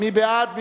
מי בעד?